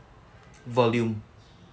volume